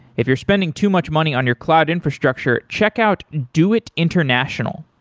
if you're spending too much money on your cloud infrastructure, check out doit international.